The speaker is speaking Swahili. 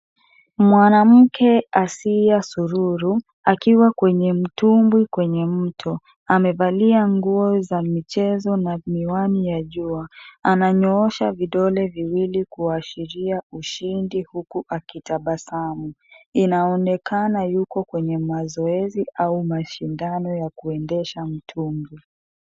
Mwanamke Hasia Sururu akiwa kwenye mtumbwi kwenye mto. Amevalia nguo za michezo na miwani ya jua. Ananyoosha vidole viwili kuashiria ushindi huku akitabasamu. Inaonekana Yuko kwenye mazoezi au mashindano ya kuendesha mtumbwi.